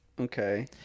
Okay